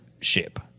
ship